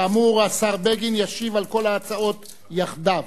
כאמור, השר בגין ישיב על כל ההצעות יחדיו.